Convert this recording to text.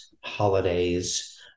holidays